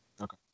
okay